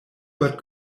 but